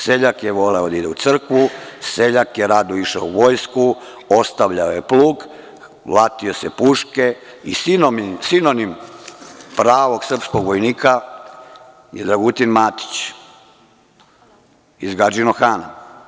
Seljak je voleo da ide u crkvu, seljak je rado išao u vojsku, ostavljao je plug, latio se puške i sinonim pravog srpskog vojnika je Dragutin Matić, iz Gačinog Hana.